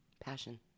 Passion